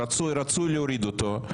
רצוי להוריד אותו.